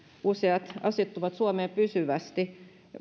useat asettuvat suomeen pysyvästi